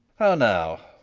how now!